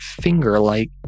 finger-like